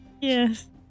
Yes